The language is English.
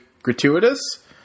gratuitous